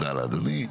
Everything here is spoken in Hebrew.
תודה לאדוני.